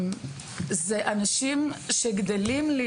זה אנשים שלא